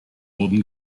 golden